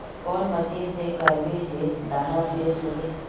कौन मशीन से करबे जे दाना फ्रेस होते?